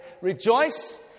Rejoice